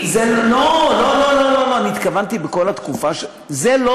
ובצדק, שקשה לקבל החלטות רציונליות